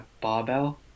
barbell